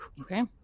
Okay